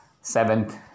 Seventh